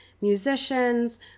musicians